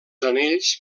anells